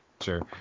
Sure